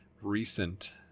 recent